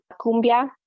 cumbia